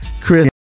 chris